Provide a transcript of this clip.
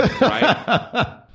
Right